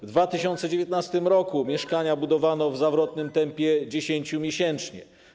W 2019 r. mieszkania budowano w zawrotnym tempie 10 miesięcznie.